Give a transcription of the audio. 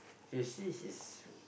if you see his